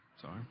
Sorry